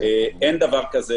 אין דבר כזה.